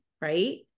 right